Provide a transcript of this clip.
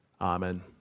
Amen